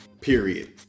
Period